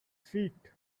feet